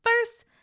First